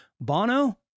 Bono